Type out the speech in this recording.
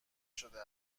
شده